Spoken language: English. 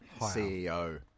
CEO